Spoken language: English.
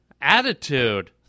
attitude